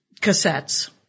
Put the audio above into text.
cassettes